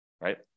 right